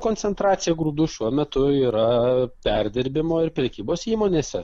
koncentracija grūdų šiuo metu yra perdirbimo ir prekybos įmonėse